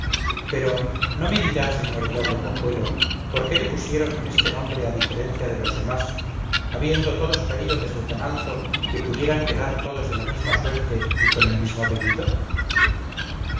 pero no me dirá señor diablo cojuelo por qué le pusieron este nombre a diferencia de los demás habiendo todos caído desde tan alto que pudieran quedar todos de la misma suerte y con el mismo apellido